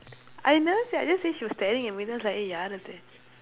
I never say I just say she was staring at me then I was like eh ya